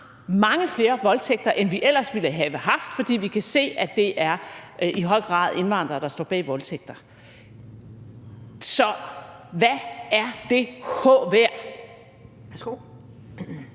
mange flere voldtægter, end vi ellers ville have haft, for vi kan se, at det i høj grad er indvandrere, der står bag voldtægter. Så hvad er det h-ord